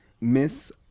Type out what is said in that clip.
miss